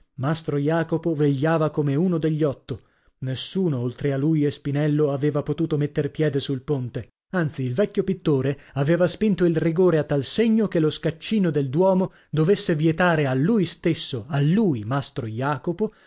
mastro jacopo vegliava come uno degli otto nessuno oltre lui e spinello aveva potuto metter piede sul ponte anzi il vecchio pittore aveva spinto il rigore a tal segno che lo scaccino del duomo dovesse vietare a lui stesso a lui mastro jacopo